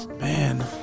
Man